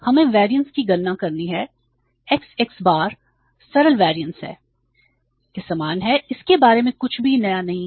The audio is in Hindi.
हमें वेरियंस की गणना करना है x x बार सरल वेरियंस के समान है इसके बारे में कुछ भी नया नहीं है